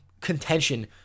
contention